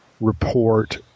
report